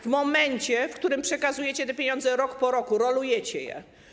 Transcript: W momencie, w którym przekazujecie te pieniądze, rok po roku, rolujecie je.